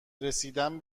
رسیدن